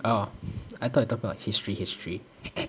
orh I thought you talking about history history